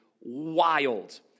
wild